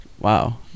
Wow